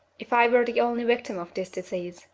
if i were the only victim of this disease,